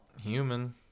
human